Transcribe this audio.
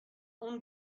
اون